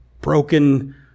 broken